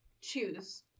choose